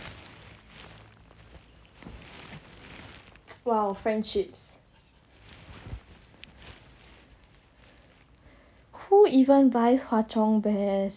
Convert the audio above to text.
!wow! friendships who even buys hwa chong bears